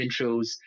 intros